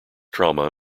trauma